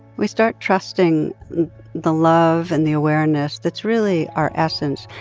we start trusting the love and the awareness that's really our essence.